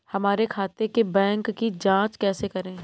हमारे खाते के बैंक की जाँच कैसे करें?